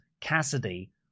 Cassidy